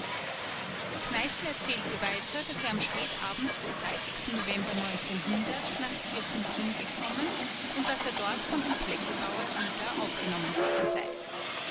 kneißl erzählte weiter daß er am spätabend des november nach irchenbrunn gekommen und er dort von dem flecklbauer rieger aufgenommen worden sei